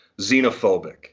xenophobic